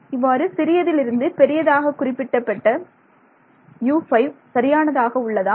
இவ்வாறு சிறியதில் இருந்து பெரியதாக குறிப்பிட்ட U5 சரியானதாக உள்ளதா